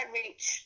reach